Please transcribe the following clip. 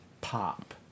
Pop